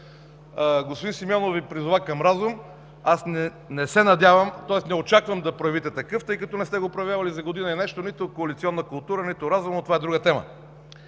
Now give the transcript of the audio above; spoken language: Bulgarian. Господин Симеонов Ви призова към разум. Аз не очаквам да проявите такъв, тъй като не сте го проявявали за година и нещо – нито коалиционна култура, нито разум, но това е друга тема!